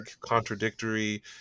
contradictory